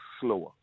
slower